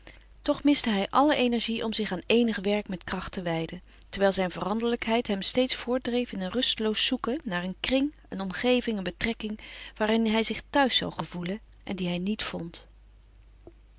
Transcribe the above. toch miste hij alle energie om zich aan eenig werk met kracht te wijden terwijl zijn veranderlijkheid hem steeds voortdreef in een rusteloos zoeken naar een kring een omgeving een betrekking waarin hij zich thuis zou gevoelen en die hij niet vond